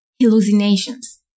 hallucinations